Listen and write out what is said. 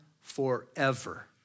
forever